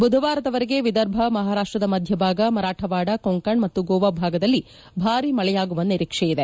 ಬುಧವಾರದವರೆಗೆ ವಿದರ್ಭ ಮಹಾರಾಷ್ಟದ ಮಧ್ಯ ಭಾಗ ಮರಾಠವಾಡ ಕೊಂಕಣ್ ಮತ್ತು ಗೋವಾ ಭಾಗದಲ್ಲಿ ಭಾರೀ ಮಳೆಯಾಗುವ ನಿರೀಕ್ಷೆಯಿದೆ